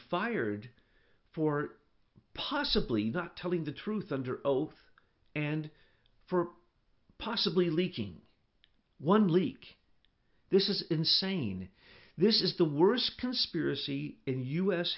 fired for possibly not telling the truth under oath and for possibly leaking one leak this is insane this is the worst conspiracy in u